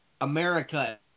America